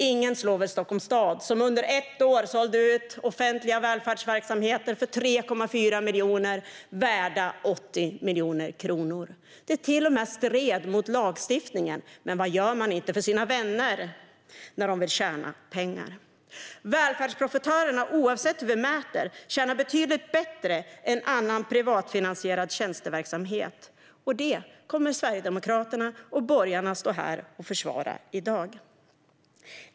Ingen slår väl Stockholms stad, som under ett år sålde ut offentliga välfärdsverksamheter värda 80 miljoner kronor för 3,4 miljoner. Detta stred till och med mot lagstiftningen, men vad gör man inte för sina vänner när de vill tjäna pengar? Välfärdsprofitörerna tjänar, oavsett hur vi mäter, betydligt bättre än aktörer som driver annan privatfinansierad tjänsteverksamhet. Och detta kommer Sverigedemokraterna och borgarna att stå här och försvara i dag.